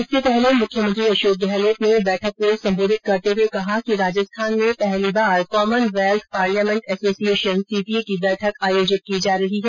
इससे पहले मुख्यमंत्री अशोक गहलोत ने बैठक को सम्बोधित करते हुए कहा कि राजस्थान में पहली बार कॉमनवेल्थ पार्लियामेन्ट्री ऐसोसिएशन सीपीए की सेमीनार आयोजित की जा रही है